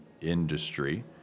industry